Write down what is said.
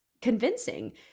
convincing